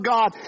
God